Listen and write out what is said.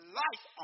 life